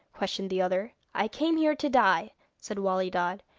questioned the other. i came here to die said wali dad.